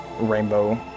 rainbow